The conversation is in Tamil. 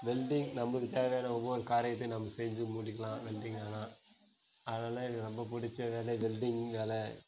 வெல்டிங் நம்மளுக்கு தேவையான ஒவ்வொரு காரியத்தையும் நம்ம செஞ்சு முடிக்கலாம் வெல்டிங் ஆனால் அதனால் எனக்கு ரொம்ப பிடிச்ச வேலை வெல்டிங் வேலை